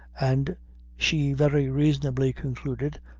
and she very reasonably concluded,